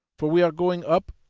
for we are going up,